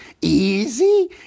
easy